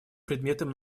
предметом